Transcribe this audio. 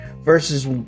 versus